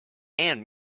and